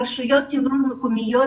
רשויות התמרור המקומיות